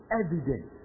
evident